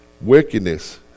wickedness